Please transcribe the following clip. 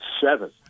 seven